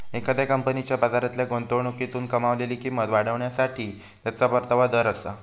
एखाद्या कंपनीच्या बाजारातल्या गुंतवणुकीतून कमावलेली किंमत वाढवण्यासाठी त्याचो परतावा दर आसा